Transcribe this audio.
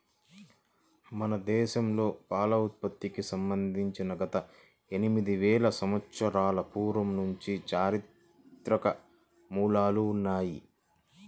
మన దేశంలో పాల ఉత్పత్తికి సంబంధించి గత ఎనిమిది వేల సంవత్సరాల పూర్వం నుంచి చారిత్రక మూలాలు ఉన్నాయి